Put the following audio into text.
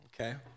okay